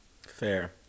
Fair